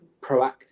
proactive